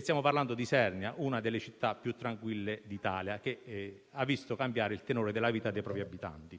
stiamo parlando di Isernia, una delle città più tranquille d'Italia, che ha visto cambiare il tenore della vita dei propri abitanti.